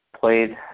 played